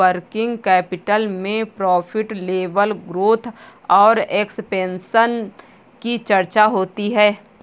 working capital में profit level growth और expansion की चर्चा होती है